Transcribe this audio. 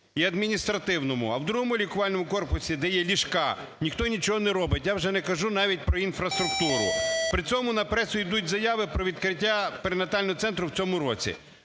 і адміністративному. А в другому лікувальному корпусі, де є ліжка, ніхто нічого не робить. Я вже не кажу навіть про інфраструктуру. При цьому на пресу йдуть заяви про відкриття перинатального центру в цьому році.